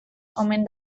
omen